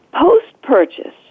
Post-purchase